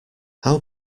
how